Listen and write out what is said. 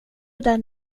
den